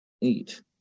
eat